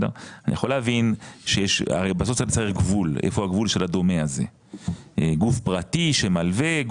בסוף צריך להחליט היכן הגבול של הדומה הזה גוף פרטי שמלווה,